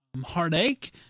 Heartache